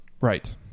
Right